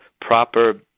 proper